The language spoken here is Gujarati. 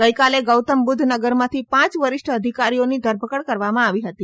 ગઈકાલે ગૌતમબુદ્વ નગરમાંથી પાંચ વરિષ્ઠ અધિકારીઓની ધરપકડ કરવામાં આવી હતી